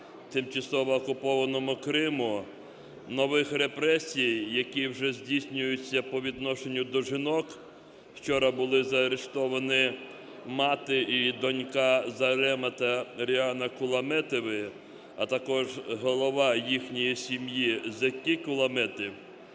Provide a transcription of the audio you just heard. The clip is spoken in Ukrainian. тимчасово окупованому Криму, нових репресій, які вже здійснюються по відношенню до жінок (вчора були заарештовані мати і донька Зарема та Ріана Куламетови, а також голова їхньої сім'ї Зеккій Куламетов),